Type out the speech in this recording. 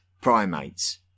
primates